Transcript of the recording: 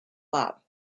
bop